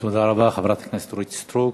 תודה רבה, חברת הכנסת אורית סטרוק.